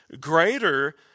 greater